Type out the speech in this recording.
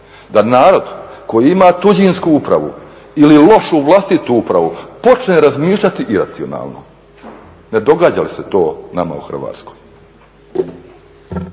da narod koji ima tuđinsku upravu ili lošu vlastitu upravu počne razmišljati iracionalno. Ne događa li se to nama u Hrvatskoj?